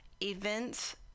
events